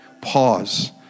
Pause